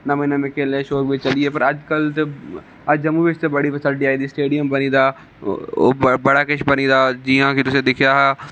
नमें नमें खेलने दे शौक बिच चली गे पर अजकल अज्ज जम्मू बिच ते बड़ी फैसलिटी आई दी स्टेडियम ते होर बड़ा किश बनी गेदा जि'यां कि तुसें दिक्खेआ हा